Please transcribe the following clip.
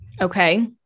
okay